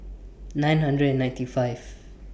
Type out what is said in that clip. nine hundred and ninety five